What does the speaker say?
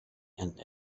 and